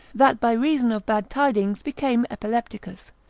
that by reason of bad tidings became epilepticus,